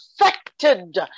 affected